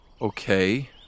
Okay